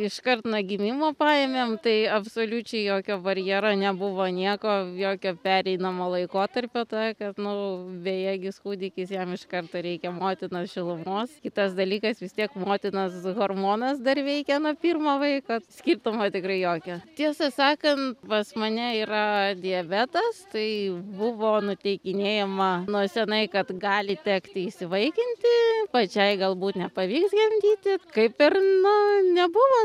iškart nuo gimimo paėmėm tai absoliučiai jokio barjero nebuvo nieko jokio pereinamo laikotarpio tąkart nu bejėgis kūdikis jam iš karto reikia motinos šilumos kitas dalykas vis tiek motinos hormonas dar veikia nuo pirmo vaiko skirtumo tikrai jokio tiesą sakant pas mane yra diabetas tai buvo nuteikinėjama nuo senai kad gali tekti įsivaikinti pačiai galbūt nepavyks gimdyti kaip ir nu nebuvo